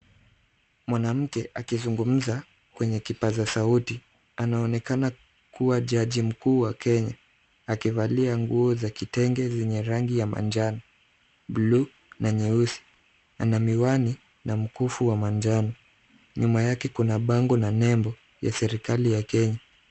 Mwanamke akizungumza kwenye kipaza sauti. Anaonekana kuwa jaji mkuu wa Kenya akivalia nguo za kitenge zenye rangi ya manjano, [cs ]blue na nyeusi. Ana miwani na mkufu wa manjano. Nyuma yake kuna bango na nembo ya serikali ya Kenya.